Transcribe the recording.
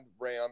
ram